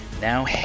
Now